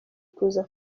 kuza